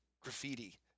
graffiti